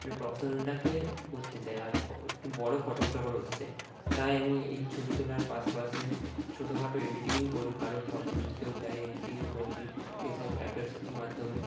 মানে প্রফেশনালটাকে করতে চাই আর একটু বড়ো ফটোগ্রাফার হতে চাই তাই আমি এই ছবি তোলার পাশেপাশে ছোটো খাটো এডিটিংও করি কারোর ফটো যদি কেউ দেয় এডিটিংও করে দিই এই সব অ্যাপের মাধ্যমে